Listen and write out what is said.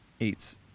eights